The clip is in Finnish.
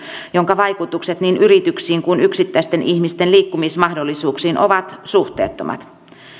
jonka vaikutukset niin yrityksiin kuin yksittäisten ihmisten liikkumismahdollisuuksiin ovat suhteettomat